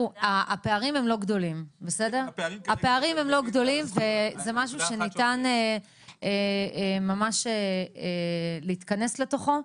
הפערים הם לא גדולים וזה משהו שניתן ממש להתכנס לתוכו.